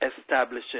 establishing